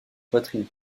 poitrine